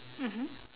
mmhmm